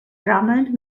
drummond